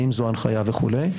האם זו הנחיה וכו'.